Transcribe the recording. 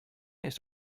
used